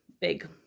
big